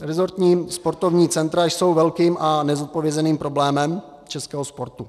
Resortní sportovní centra jsou velkým a nezodpovězeným problémem českého sportu.